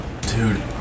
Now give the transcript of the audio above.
dude